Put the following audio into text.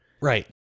Right